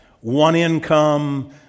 one-income